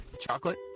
Chocolate